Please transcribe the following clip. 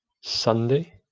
Sunday